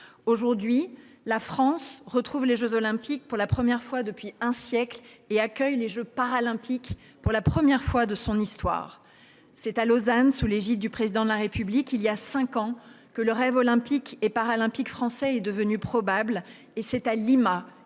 Aujourd'hui, la France retrouve les jeux Olympiques pour la première fois depuis un siècle et accueille les jeux Paralympiques pour la première fois de son histoire. C'est à Lausanne, il y a cinq ans, sous l'égide du Président de la République, que le rêve olympique et paralympique français est devenu vraisemblable ; c'est à Lima